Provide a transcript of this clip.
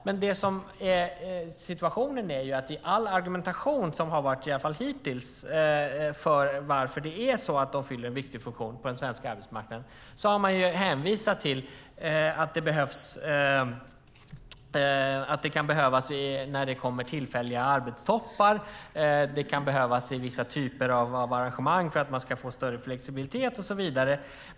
Men i all argumentation om varför de gör det har man hittills hänvisat till att de kan behövas när det kommer tillfälliga arbetstoppar, i vissa typer av arrangemang för att man ska få större flexibilitet och så vidare.